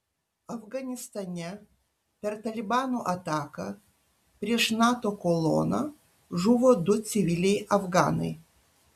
afganistane per talibano ataką prieš nato koloną žuvo du civiliai afganai